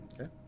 Okay